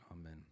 Amen